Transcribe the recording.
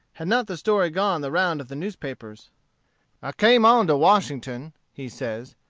had not the story gone the round of the newspapers. i came on to washington, he says,